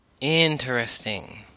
Interesting